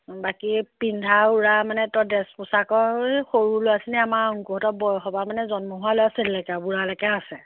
বাকী এই পিন্ধা উৰা মানে তই ড্ৰেছ পোচাকৰ সৰু ল'ৰা ছোৱালীয়ে আমা অংকুহঁতৰ বয়সৰপৰা মানে জন্ম হোৱা ল'ৰা ছোৱালীলৈকে আৰু বুঢ়ালৈকে আছে